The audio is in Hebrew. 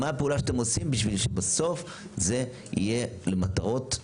מה הפעולה שאתם עושים בשביל שבסוף זה יהיה למטרות רפואיות,